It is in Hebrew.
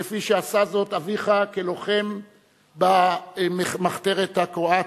כפי שעשה זאת אביך, כלוחם במחתרת הקרואטית,